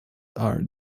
are